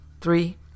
Three